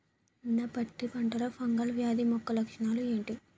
నా పత్తి పంటలో ఫంగల్ వ్యాధి యెక్క లక్షణాలు ఏంటి?